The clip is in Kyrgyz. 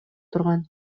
турган